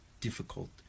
difficult